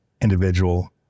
individual